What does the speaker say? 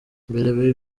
mbere